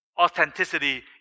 Authenticity